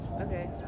Okay